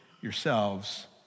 yourselves